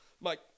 Mike